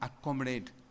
accommodate